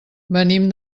venim